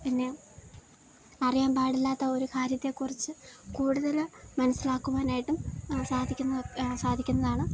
പിന്നെ അറിയാന് പാടില്ലാത്തൊരു കാര്യത്തെക്കുറിച്ച് കൂടുതല് മനസ്സിലാക്കുവാനായിട്ടും സാധിക്കുന്നതാണ്